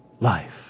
life